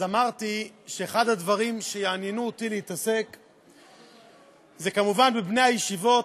אמרתי שאחד הדברים שיעניינו אותי להתעסק בהם זה כמובן בבני הישיבות,